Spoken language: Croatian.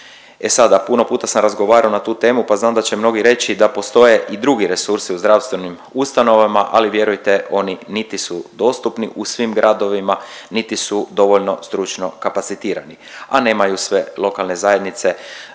E sada, puno puta sam razgovarao na tu temu, pa znam da će mnogi reći da postoje i drugi resursi u zdravstvenim ustanovama, ali vjerujte oni niti su dostupni u svim gradovima niti su dovoljno stručno kapacitirani, a nemaju sve lokalne zajednice